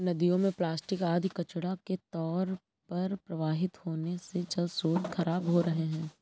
नदियों में प्लास्टिक आदि कचड़ा के तौर पर प्रवाहित होने से जलस्रोत खराब हो रहे हैं